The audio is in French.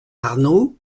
arnaud